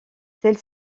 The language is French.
celle